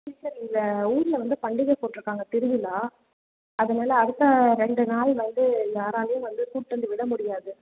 teacher இங்கே ஊரில் வந்து பண்டிகை போட்டுருக்காங்க திருவிழா அதனால அடுத்த ரெண்டு நாள் வந்து யாராலையும் வந்து கூப்பிட்டு வந்து விட முடியாது